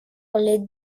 les